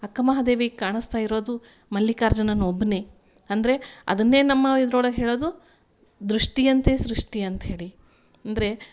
ಅಕ್ಕಮಹಾದೇವಿ ಕಾಣಿಸ್ತಾ ಇರೋದು ಮಲ್ಲಿಕಾರ್ಜುನನ ಒಬ್ಬನೆ ಅಂದರೆ ಅದನ್ನೇ ನಮ್ಮ ಇದ್ರೊಳಗೆ ಹೇಳೋದು ದೃಷ್ಟಿಯಂತೆ ಸೃಷ್ಟಿ ಅಂತ ಹೇಳಿ ಅಂದರೆ